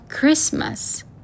Christmas